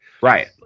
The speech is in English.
Right